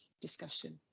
discussion